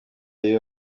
iyo